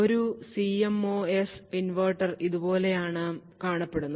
ഒരു CMOS inverter ഇതുപോലെയാണ് കാണപ്പെടുന്നത്